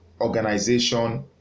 organization